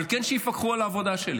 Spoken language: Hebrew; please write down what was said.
אבל כן שיפקחו על העבודה שלי.